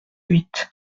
huit